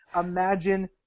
Imagine